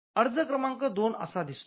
अर्ज क्रमांक दोन असा दिसतो